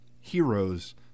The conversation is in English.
heroes